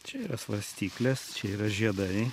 čia yra svarstyklės čia yra žiedai